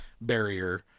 Barrier